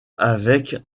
avec